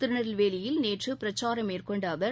திருநெல்வேலியில் நேற்று பிரச்சாரம் மேற்கொண்ட அவர்